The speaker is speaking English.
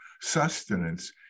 sustenance